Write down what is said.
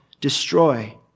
destroy